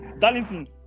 Darlington